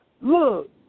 Look